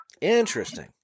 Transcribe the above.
Interesting